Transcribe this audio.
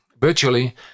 virtually